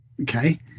okay